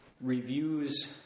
reviews